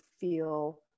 feel